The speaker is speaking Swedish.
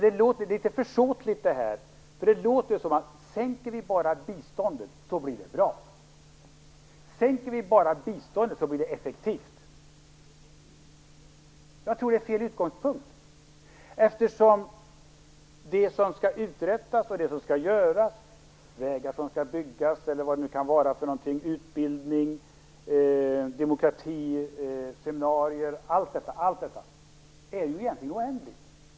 De är litet försåtligt, för det låter som om det blir bra bara vi sänker biståndet. Om vi sänker biståndet blir det effektivt. Jag tror att det är fel utgångspunkt. Det som skall uträttas - t.ex. vägar som skall byggas, utbildning som skall anordnas och demokratiseminarier som skall hållas - är oändligt.